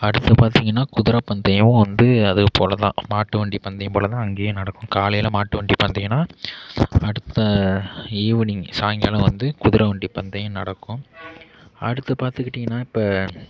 அடுத்து பார்த்திங்ன்னா குதிரைப் பந்தயம் வந்து அது போல்தான் மாட்டு வண்டி பந்தயம் போல்தான் அங்கேயும் நடக்கும் காலையில் மாட்டு வண்டி பந்தயம்னால் அடுத்த ஈவினிங் சாயங்காலம் வந்து குதிரை வண்டி பந்தயம் நடக்கும் அடுத்து பார்த்துக்கிட்டிங்ன்னா இப்போ